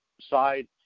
side